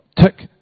Tick